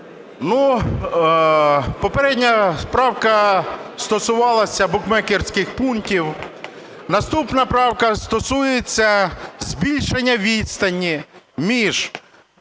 Ну, попередня правка стосувалася букмекерських пунктів. Наступна правка стосується збільшення відстані між